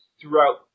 throughout